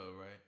right